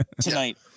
Tonight